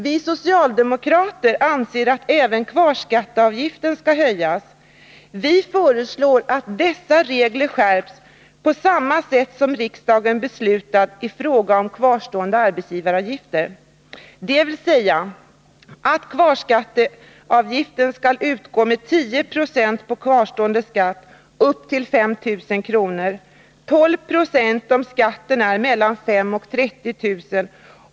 Vi socialdemokrater anser att även kvarskatteavgiften skall höjas. Vi föreslår att dessa regler skärps på samma sätt som riksdagen beslutat i fråga om kvarstående arbetsgivaravgifter, dvs. att kvarskatteavgiften skall utgå med 10 26 på kvarstående skatt upp till 5 000 kr., 12 26 om skatten är mellan 5 000 och 30 000 kr.